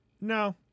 No